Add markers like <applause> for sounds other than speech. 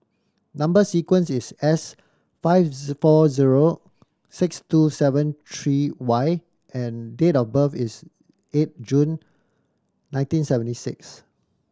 number sequence is S five <unintelligible> four zero six two seven three Y and date of birth is eight June nineteen seventy six